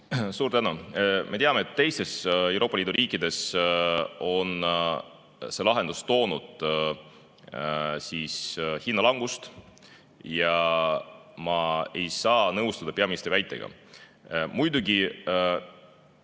Suur tänu! Me teame, et teistes Euroopa Liidu riikides on see lahendus toonud hinnalanguse, ja ma ei saa nõustuda peaministri väitega. Muidugi,